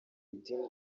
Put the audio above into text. redeemed